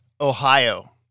Ohio